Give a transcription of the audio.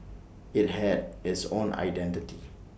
IT had its own identity